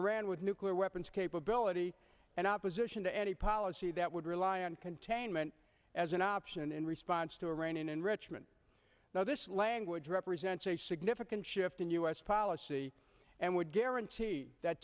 iran with nuclear weapons capability and opposition to any policy that would rely on containment as an option in response to iranian enrichment now this language represents a significant shift in u s policy and would guarantee that